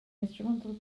instrumental